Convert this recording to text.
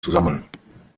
zusammen